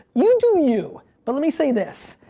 you do you, but let me say this.